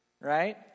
Right